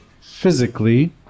physically